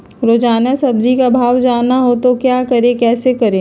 रोजाना सब्जी का भाव जानना हो तो क्या करें कैसे जाने?